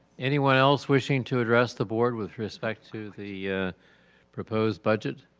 anyone else wishing to address the board with respect to the proposed budget?